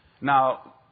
Now